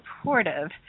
supportive